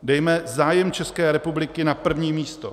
Dejme zájem České republiky na první místo.